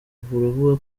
baravuga